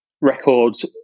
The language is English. records